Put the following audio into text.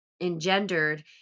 engendered